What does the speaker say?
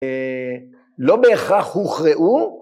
לא בהכרח הוכרעו